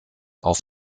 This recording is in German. auf